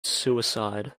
suicide